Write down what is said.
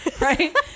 Right